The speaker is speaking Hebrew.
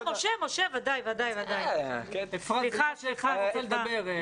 אפרת, את רוצה לדבר?